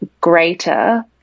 greater